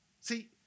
See